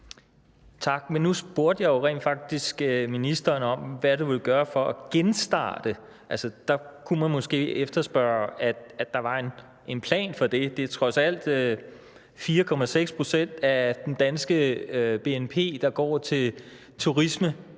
Tak. Nu spurgte jeg jo rent faktisk ministeren om, hvad han ville gøre for at genstarte. Der kunne man måske efterspørge, at der var en plan for det. Det er trods alt 4,6 pct. af det danske bnp, der kommer